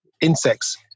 insects